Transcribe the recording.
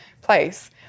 place